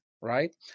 Right